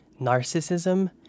narcissism